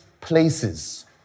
places